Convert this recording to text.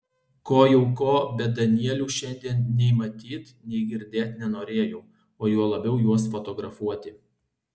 ko jau ko bet danielių šiandien nei matyt nei girdėt nenorėjau o juo labiau juos fotografuoti